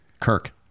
Kirk